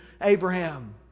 Abraham